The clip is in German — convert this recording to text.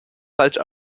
falsch